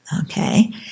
Okay